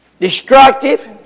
destructive